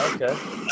Okay